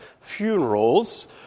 funerals